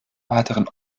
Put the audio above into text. weiteren